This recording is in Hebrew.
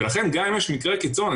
ולכן גם אם יש מקרי קיצון,